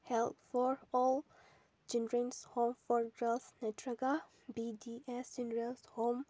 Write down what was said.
health for all children's home for girls ꯅꯠꯇ꯭ꯔꯒ B D S children's home